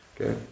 Okay